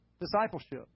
discipleship